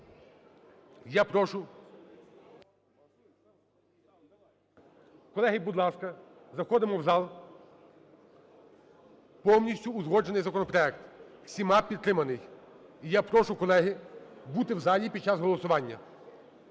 Я прошу… Колеги, будь ласка, заходимо в зал. Повністю узгоджений законопроект, усіма підтриманий. І я прошу, колеги, бути в залі під час голосування.